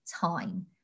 time